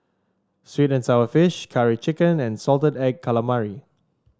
sweet and sour fish Curry Chicken and Salted Egg Calamari